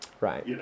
Right